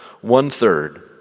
One-third